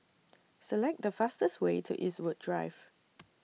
Select The fastest Way to Eastwood Drive